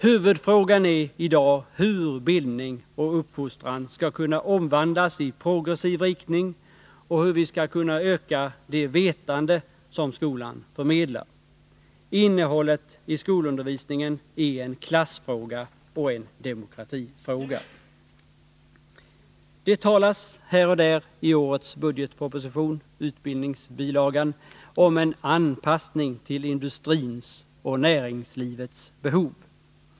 Huvudfrågan är i dag hur bildning och uppfostran skall kunna omvandlas i progressiv riktning och hur vi skall kunna öka det vetande som skolan förmedlar. Innehållet i skolundervisningen är en klassfråga och en demokratifråga. Det talas här och där i årets budgetproposition, utbildningsbilagan, om en anpassning till industrins och näringslivets behov.